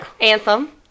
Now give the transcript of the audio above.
Anthem